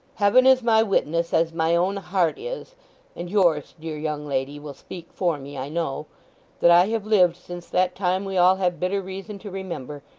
heaven is my witness, as my own heart is and yours, dear young lady, will speak for me, i know that i have lived, since that time we all have bitter reason to remember,